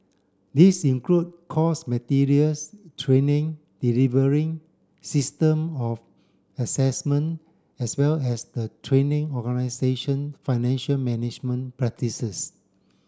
this include course materials training delivery system of assessment as well as the training organisation financial management practices